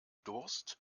durst